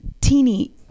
teeny